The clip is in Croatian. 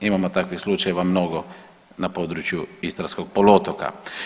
Imamo takvih slučajeva mnogo na području istarskog poluotoka.